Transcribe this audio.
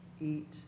eat